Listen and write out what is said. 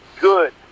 good